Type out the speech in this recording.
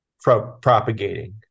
propagating